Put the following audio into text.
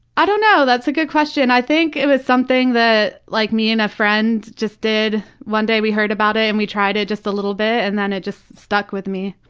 i don't know. that's a good question, i think it was something that like me and a friend just did. one day we heard about it and tried it just a little bit and then it just stuck with me.